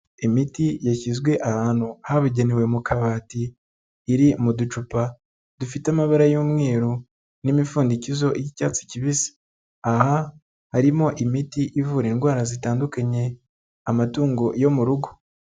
Imiti yashyizwe ahantu habugenewe mu kabati, iri mu ducupa dufite amabara y'umweru n'imipfundikizo y'icyatsi kibisi, aha harimo imiti ivura indwara zitandukanye amatungo yo mu rugo.